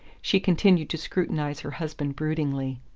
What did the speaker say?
she continued to scrutinize her husband broodingly.